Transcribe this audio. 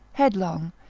headlong,